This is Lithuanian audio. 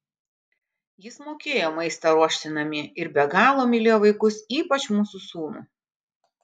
jis mokėjo maistą ruošti namie ir be galo mylėjo vaikus ypač mūsų sūnų